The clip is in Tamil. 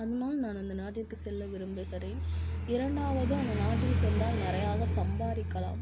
அதனால் நான் அந்த நாட்டிற்கு செல்ல விரும்புகிறேன் இரண்டாவது அந்த நாட்டில் சென்றால் நிறையாக சம்பாதிக்கலாம்